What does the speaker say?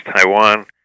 Taiwan